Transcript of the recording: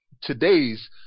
today's